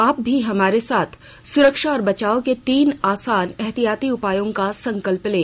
आप भी हमारे साथ सुरक्षा और बचाव के तीन आसान एहतियाती उपायों का संकल्प लें